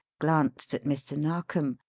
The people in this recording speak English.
glanced at mr. narkom,